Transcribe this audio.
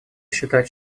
считать